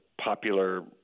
popular